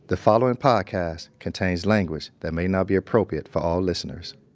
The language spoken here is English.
the following podcast contains language that may not be appropriate for all listeners.